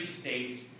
states